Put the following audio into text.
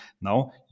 Now